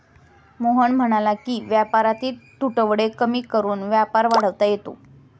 मोहन म्हणाला की व्यापारातील तुटवडे कमी करून व्यापार वाढवता येतो